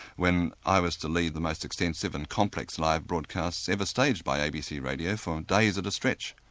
when i was to lead the most extensive and complex live broadcasts ever staged by abc radio for days at a stretch.